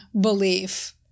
belief